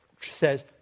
says